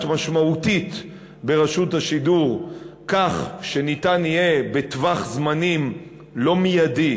משמעותית ברשות השידור כך שניתן יהיה בטווח זמנים לא מיידי,